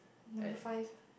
number five ah